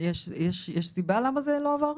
יש סיבה למה זה לא עבר?